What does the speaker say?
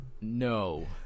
no